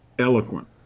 eloquent